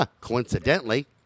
Coincidentally